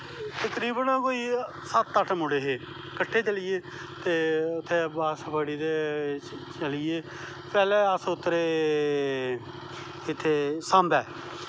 तकरीवन कोई सत्त अट्ठ मुड़े हे किट्ठे चली गे इत्थें बारश बड़ी ते चली गे पैह्लैं अस उतरे इत्थै सांबै